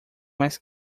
mais